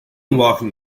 walking